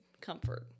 comfort